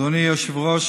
אדוני היושב-ראש,